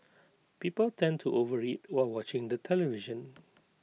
people tend to overeat while watching the television